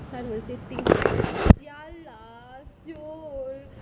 sun will say think sia lah [siol]